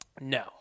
No